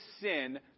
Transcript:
sin